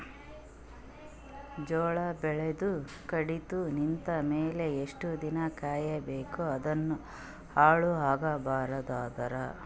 ಜೋಳ ಬೆಳೆದು ಕಡಿತ ನಿಂತ ಮೇಲೆ ಎಷ್ಟು ದಿನ ಕಾಯಿ ಬೇಕು ಅದನ್ನು ಹಾಳು ಆಗಬಾರದು ಅಂದ್ರ?